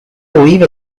believe